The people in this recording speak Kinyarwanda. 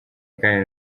kandi